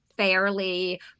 fairly